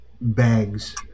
bags